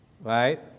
right